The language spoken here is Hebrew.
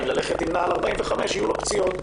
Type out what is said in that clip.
ללכת עם נעל במידה 45 יהיו לו פציעות,